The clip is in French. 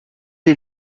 est